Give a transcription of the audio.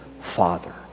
father